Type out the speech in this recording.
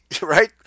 right